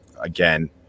again